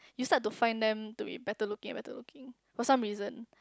you start to find them to be better looking and better looking for some reason